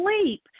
sleep